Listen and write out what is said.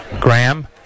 Graham